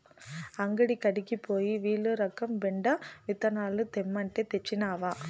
అంగడి కాడికి పోయి మీలురకం బెండ విత్తనాలు తెమ్మంటే, తెచ్చినవా